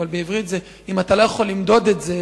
אבל בעברית זה: אם אתה לא יכול למדוד את זה,